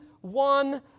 one